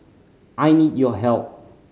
I need your help